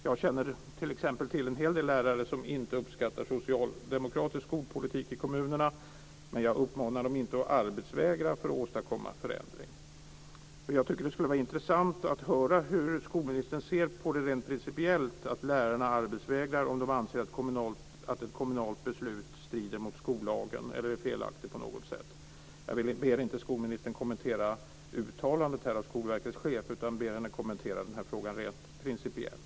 Jag känner t.ex. till en hel del lärare som inte uppskattar socialdemokratisk skolpolitik i kommunerna, men jag uppmanar dem inte att arbetsvägra för att åstadkomma en förändring. Jag tycker att det skulle vara intressant att höra hur skolministern ser rent principiellt på att lärarna arbetsvägrar om de anser att ett kommunalt beslut strider mot skollagen eller är felaktigt på något sätt. Jag ber inte skolministern kommentera uttalandet av Skolverkets chef utan ber henne kommentera den här frågan rent principiellt.